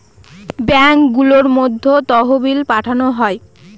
ব্যাঙ্কগুলোর মধ্যে তহবিল পাঠানো হয়